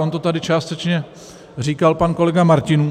On to tady částečně říkal pan kolega Martinů...